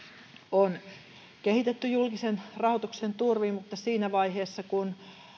on kehitetty julkisen rahoituksen turvin mutta siinä vaiheessa kun